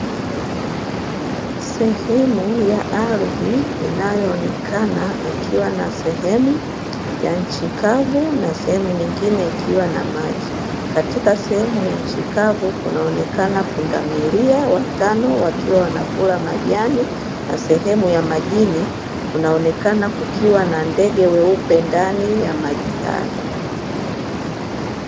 Sehemu ya ardhi inayoonekana ikiwa na sehemu ya nchi kavu, na sehemu nyingine ikiwa na maji. Katika sehemu ya nchi kavu kunaonekana pundamilia watano wakiwa wanakula majani, na sehemu ya majini kunaonekana kukiwa na ndege weupe ndani ya maji hayo.